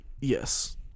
Yes